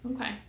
Okay